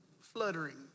fluttering